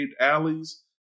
alleys